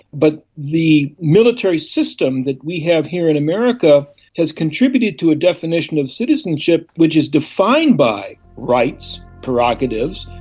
but the military system that we have here in america has contributed to a definition of citizenship which is defined by rights, prerogatives,